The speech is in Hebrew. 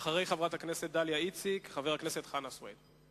אחרי חברת הכנסת דליה איציק, חבר הכנסת חנא סוייד.